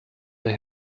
der